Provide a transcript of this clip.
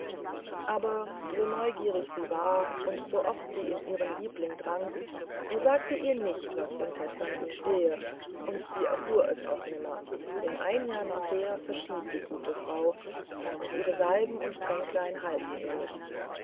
aber so neugierig sie war und sooft sie in ihren liebling drang er sagte ihr nicht was im testament stehe und sie erfuhr es auch nimmer denn ein jahr nachher verschied die gute frau und ihre salben und tränklein halfen ihr nichts